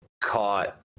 caught